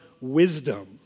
wisdom